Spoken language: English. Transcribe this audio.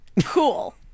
Cool